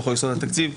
בחוק-יסוד: משק המדינה.